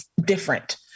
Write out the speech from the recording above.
different